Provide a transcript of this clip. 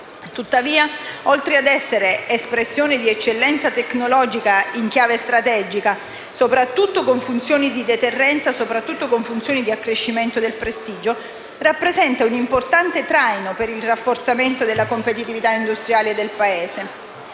settore, oltre ad essere espressione d'eccellenza tecnologica in chiave strategica, soprattutto con funzioni di deterrenza e di accrescimento del prestigio, rappresenta oggi un importante traino per il rafforzamento della competitività industriale del Paese.